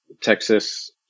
Texas